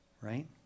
right